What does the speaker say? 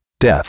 Death